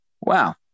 wow